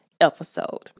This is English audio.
episode